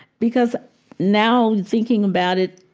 because now thinking about it,